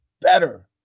better